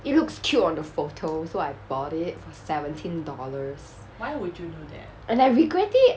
it looks cute on the photo so I bought it for seventeen dollars and I regret it